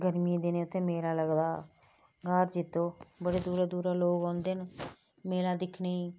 गर्मियें दिनें उत्थै मेला लगदा घार जित्तो बड़े दूरा दूरा लोक औंदे न मेला दिक्खने गी